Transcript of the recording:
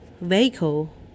vehicle